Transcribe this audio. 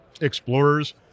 explorers